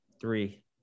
Three